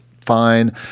fine